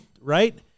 right